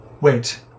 Wait